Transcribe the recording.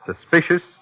suspicious